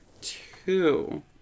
two